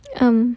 mm